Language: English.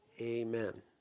Amen